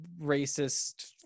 racist